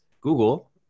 Google